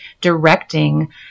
directing